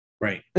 Right